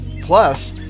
plus